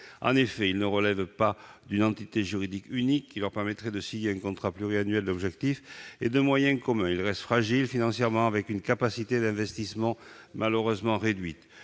En effet, ils ne relèvent pas d'une entité juridique unique qui leur permettrait de signer un contrat pluriannuel d'objectifs et de moyens communs. En outre, ils restent fragiles financièrement, avec une capacité d'investissement malheureusement réduite.